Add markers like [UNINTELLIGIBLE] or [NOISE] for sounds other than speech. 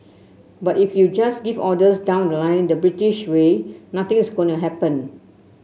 but if you just give orders down the line the British way nothing's gonna [UNINTELLIGIBLE] happen